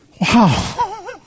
Wow